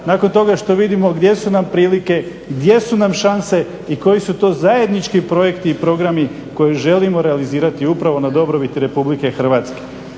nakon toga što vidimo gdje su nam prilike, gdje su nam šanse i koji su to zajednički projekti i programi koje želimo realizirati upravo na dobrobit RH.